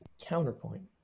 counterpoint